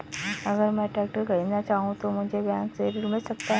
अगर मैं ट्रैक्टर खरीदना चाहूं तो मुझे बैंक से ऋण मिल सकता है?